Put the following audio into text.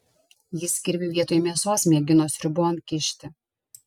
jis kirvį vietoj mėsos mėgino sriubon kišti